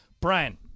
Brian